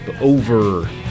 over